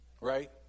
Right